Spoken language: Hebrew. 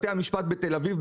בתי המשפט בתל אביב,